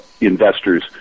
investors